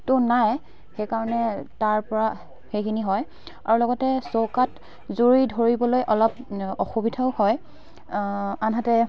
টো নাই সেই কাৰণে তাৰপৰা সেইখিনি হয় আৰু লগতে চৌকাত জুই ধৰিবলৈ অলপ অসুবিধাও হয় আনহাতে